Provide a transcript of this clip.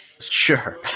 Sure